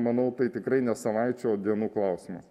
manau tai tikrai ne savaičių o dienų klausimas